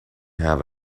have